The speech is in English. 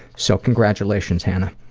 so congratulations hannah.